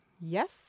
Yes